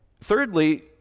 Thirdly